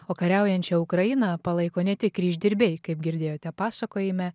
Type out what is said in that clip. o kariaujančią ukrainą palaiko ne tik kryždirbiai kaip girdėjote pasakojime